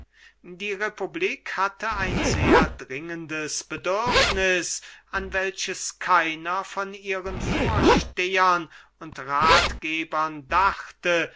die republik hatte ein sehr dringendes bedürfniß an welches keiner von ihren vorstehern und rathgebern dachte